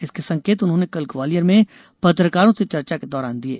इसके संकेत उन्होंने कल ग्वालियर में पत्रकारों से चर्चा के दौरान दिये